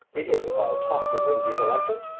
it isn't all talk that wins these elections.